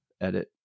edit